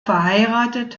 verheiratet